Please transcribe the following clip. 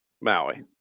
Maui